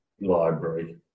library